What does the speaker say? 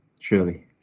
surely